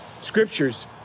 scriptures